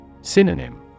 Synonym